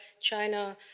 China